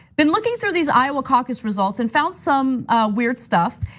been looking through these iowa caucus results and found some weird stuff.